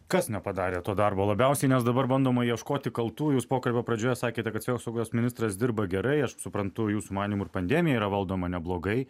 kas nepadarė to darbo labiausiai nes dabar bandoma ieškoti kaltųjų jūs pokalbio pradžioje sakėte kad sveikatos ministras dirba gerai aš suprantu jūsų manymu ir pandemija yra valdoma neblogai